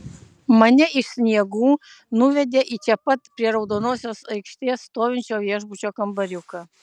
mane iš sniegų nuvedė į čia pat prie raudonosios aikštės stovinčio viešbučio kambariuką